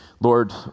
Lord